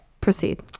proceed